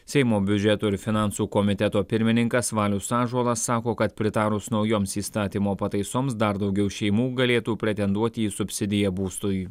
seimo biudžeto ir finansų komiteto pirmininkas valius ąžuolas sako kad pritarus naujoms įstatymo pataisoms dar daugiau šeimų galėtų pretenduoti į subsidiją būstui